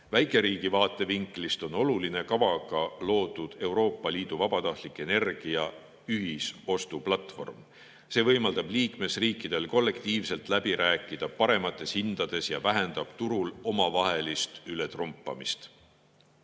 Väikeriigi vaatevinklist on oluline kavaga loodud Euroopa Liidu vabatahtlik energia ühisostuplatvorm. See võimaldab liikmesriikidel kollektiivselt läbi rääkida paremates hindades ja vähendab turul omavahelist ületrumpamist.